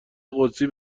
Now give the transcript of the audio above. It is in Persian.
قدسی